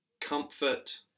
comfort